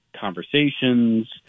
conversations